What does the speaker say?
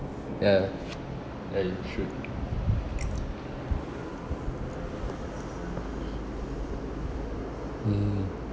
ya ya you should mm